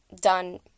done